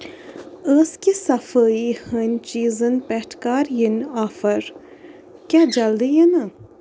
ٲسہٕ کہِ صفٲیی ہٕنٛدۍ چیٖزن پٮ۪ٹھ کَر یِن آفر کیٛاہ جلدٕی یِناہ